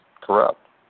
corrupt